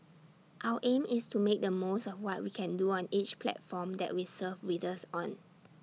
our aim is to make the most of what we can do on each platform that we serve readers on